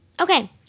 Okay